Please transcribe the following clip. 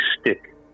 stick